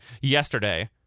yesterday